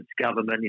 government